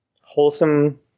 Wholesome